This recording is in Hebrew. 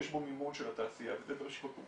עם מימון של התעשייה וזה שנים,